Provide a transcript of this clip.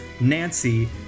Nancy